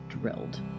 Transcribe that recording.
drilled